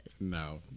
No